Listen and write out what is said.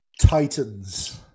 Titans